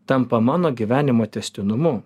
tampa mano gyvenimo tęstinumu